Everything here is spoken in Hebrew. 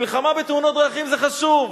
מלחמה בתאונות דרכים זה חשוב,